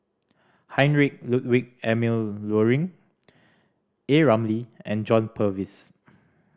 Heinrich Ludwig Emil Luering A Ramli and John Purvis